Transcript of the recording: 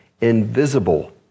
invisible